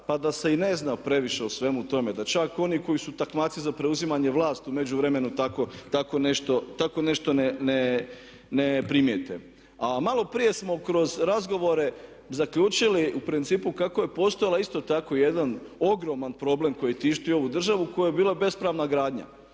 pa da se i ne zna previše o svemu tome, da čak oni koji su takmaci za preuzimanje vlasti u međuvremenu tako nešto ne primijete. A malo prije smo kroz razgovore zaključili u principu kako je postojala isto tako jedan ogroman problem koji tišti ovu državu koja je bila bespravna gradnja